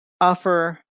offer